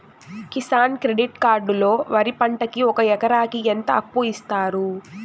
Kisan credit card లో వరి పంటకి ఒక ఎకరాకి ఎంత అప్పు ఇస్తారు?